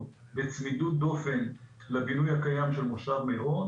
בצמידות דופן לבינוי הקיים של מושב מירון